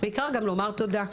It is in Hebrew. בעיקר גם לומר תודה,